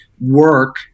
work